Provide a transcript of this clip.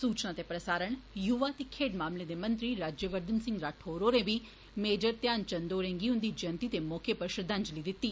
सूचना ते प्रसारण युवा ते खेड मामलें दे मंत्री राज्य वर्धन सिंह राठौर होरें बी मेजर ध्यान चंद होरें गी उन्दी जयंति दे मौक उप्पर श्रद्वांजलि दिती